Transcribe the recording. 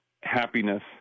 happiness